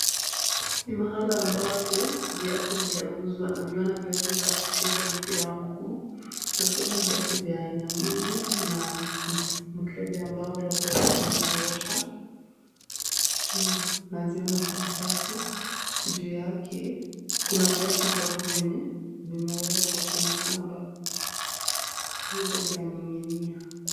Ni mahala ambapo viatu vya uzwa na tunaviona viatu vya kucheza mpira na pia viatu vya aina nyingi. Kuna mkebe ambao labda unatuma kuosha na naziona karatasi juu yake kuna viatu ambavyo vimewekwa kwenye kamba, kwa hivyo vya ning'inia.